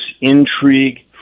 intrigue